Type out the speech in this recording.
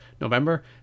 November